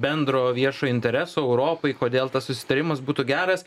bendro viešo intereso europai kodėl tas susitarimas būtų geras